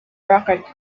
rocket